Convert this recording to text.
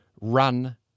run